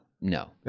No